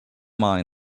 mind